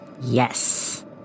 Yes